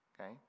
okay